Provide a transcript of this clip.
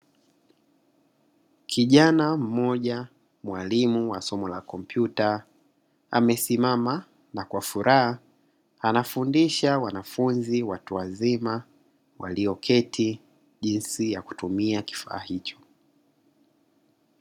Kijana mmoja mwalimu wa somo la kompyuta, amesimama na kwa furaha anafundisha wanafunzi watu wazima walioketi, jinsi ya kutumia kifaa hicho.